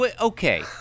Okay